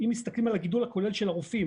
אם מסתכלים על הגידול הכולל של הרופאים